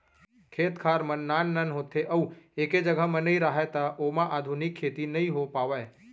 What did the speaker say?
खेत खार मन नान नान होथे अउ एके जघा म नइ राहय त ओमा आधुनिक खेती नइ हो पावय